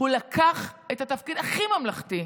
הוא לקח את התפקיד הכי ממלכתי,